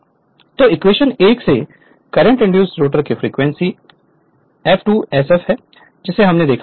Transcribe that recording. Refer Slide Time 2258 तो equation 1 से current induced rotor की फ्रीक्वेंसी सास F2 sf है जिसे हमने देखा है